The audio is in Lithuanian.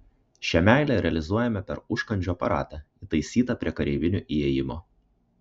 šią meilę realizuojame per užkandžių aparatą įtaisytą prie kareivinių įėjimo